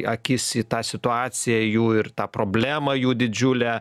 akis į tą situaciją jų ir tą problemą jų didžiulę